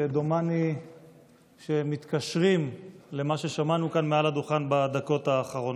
שדומני שמתקשרות למה ששמענו כאן מעל הדוכן בדקות האחרונות.